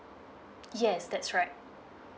yes that's right